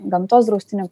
gamtos draustinių